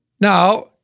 Now